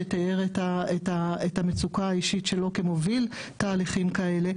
שתיאר את המצוקה האישית שלו כמי שמוביל תהליכים כאלה,